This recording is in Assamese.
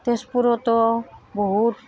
তেজপুৰতো বহুত